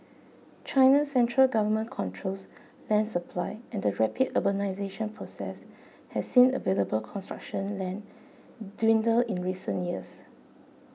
China's central government controls land supply and the rapid urbanisation process has seen available construction land dwindle in recent years